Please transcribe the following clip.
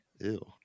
Ew